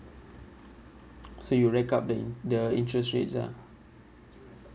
so you rack up the in~ the interest rates ah